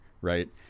right